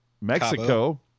Mexico